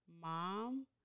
mom